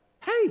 Hey